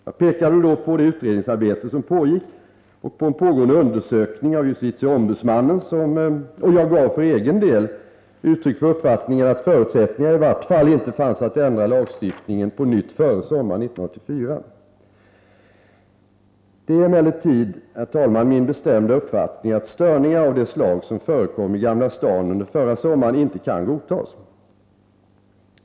Jag pekade då på det utredningsarbete som pågick och på en pågående undersökning av justitieombudsmannen och gav för egen del uttryck för uppfattningen att förutsättningar i vart fall inte fanns att ändra lagstiftningen på nytt före sommaren 1984. Det är emellertid, herr talman, min bestämda uppfattning att störningar av det slag som förekom i Gamla stan under förra sommaren inte kan godtas.